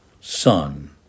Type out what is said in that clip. son